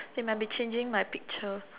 they might be changing my picture